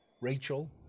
Rachel